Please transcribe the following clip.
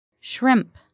Shrimp